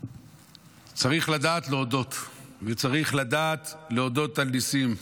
צריך לדעת להודות וצריך לדעת להודות על ניסים.